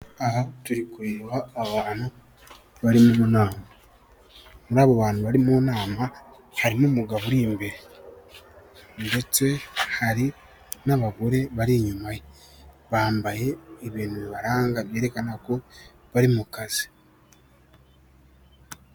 Aha turi kureba abantu bari mu nama, muri abo bantu bari mu nama, harimo umugabo uri imbere ndetse hari n'abagore bari inyuma ye. Bambaye ibintu bibaranga byerekana ko bari mu kazi.